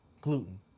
gluten